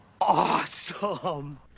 awesome